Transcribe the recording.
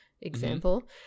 example